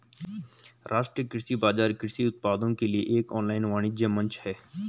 राष्ट्रीय कृषि बाजार कृषि उत्पादों के लिए एक ऑनलाइन वाणिज्य मंच है